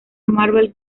marvel